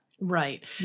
Right